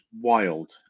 wild